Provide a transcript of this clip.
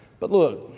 but look,